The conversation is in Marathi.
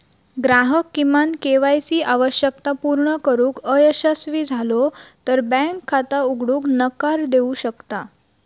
ग्राहक किमान के.वाय सी आवश्यकता पूर्ण करुक अयशस्वी झालो तर बँक खाता उघडूक नकार देऊ शकता